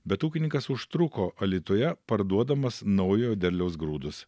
bet ūkininkas užtruko alytuje parduodamas naujojo derliaus grūdus